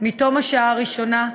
מתום השעה הראשונה,